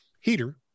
heater